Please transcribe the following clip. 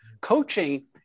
Coaching